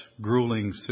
grueling